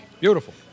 Beautiful